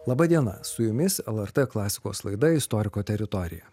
laba diena su jumis lrt klasikos laida istoriko teritorija